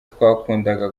twakundaga